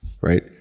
Right